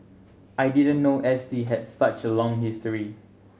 I didn't know S T had such a long history